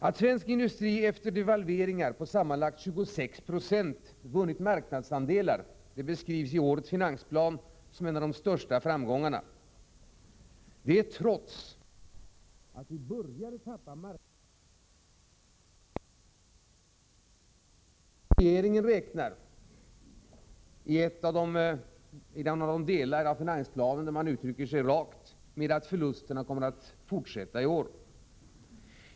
Att svensk industri — efter devalveringar på sammanlagt 26 76 — vunnit marknadsandelar beskrivs i årets finansplan som en av de största framgångarna, detta trots att vi igen började tappa marknadsandelar redan under 1984. Och regeringen räknar i en av de delar av finansplanen där man uttrycker sig rakt med att förlusterna kommer att fortsätta i år.